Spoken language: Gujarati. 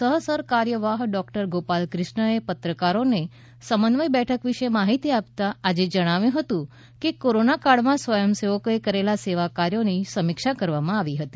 સહ સરકાર્યવાહ ડોક્ટર ગોપાલ કૃષ્ણએ પત્રકારોને સમન્વય બેઠક વિષે માહિતી આપતા આજે જણાવ્યુ હતું કે કોરોનાકાળમાં સ્વયંસેવકોએ કરેલા સેવા કાર્યોની સમિક્ષા કરવામાં આવી હતી